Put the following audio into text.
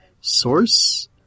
source